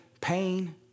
pain